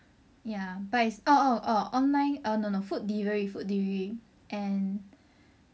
ya but it's oh online err no no food delivery food delivery